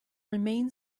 remain